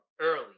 early